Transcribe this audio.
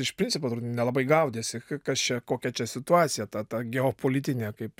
iš principo nelabai gaudėsi kas čia kokia čia situacija ta ta geopolitinė kaip